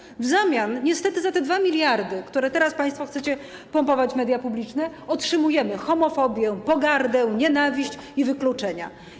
Niestety w zamian za te 2 mld, które teraz państwo chcecie pompować w media publiczne, otrzymujemy homofobię, pogardę, nienawiść i wykluczenia.